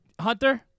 Hunter